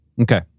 Okay